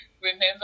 remember